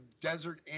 Desert